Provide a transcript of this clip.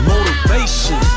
Motivation